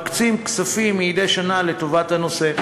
מקצים כספים מדי שנה לטובת הנושא,